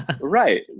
right